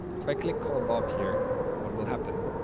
if i click call bob here what will happen.